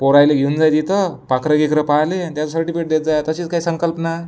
पोराला घेऊन जा तिथं पाखरं गिखरं पाहायला न त्याचं सर्टिफिकेट देत जा तसेच काय संकल्पना